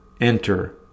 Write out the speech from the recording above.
enter